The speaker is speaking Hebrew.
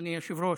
אדוני היושב-ראש.